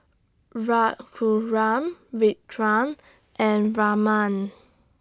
Raghuram Virat and Raman